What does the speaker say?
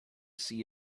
see